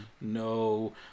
no